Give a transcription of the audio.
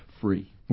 free